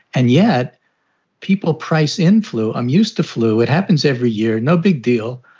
and yet people price in flu. i'm used to flu. it happens every year. no big deal.